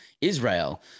Israel